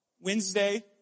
Wednesday